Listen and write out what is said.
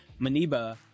Maniba